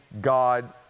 God